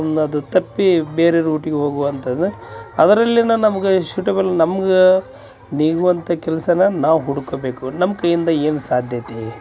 ಅದು ತಪ್ಪಿ ಬೇರೆ ರೂಟಿಗೆ ಹೋಗುವಂಥದ ಅದರಲ್ಲಿನ ನಮಗ ಸೂಟಬಲ್ ನಮಗ ನೀಗುವಂಥಾ ಕೆಲಸನಾ ನಾವು ಹುಡುಕಬೇಕು ನಮ್ಮ ಕೈಯಿಂದ ಏನು ಸಾಧ್ಯತೆ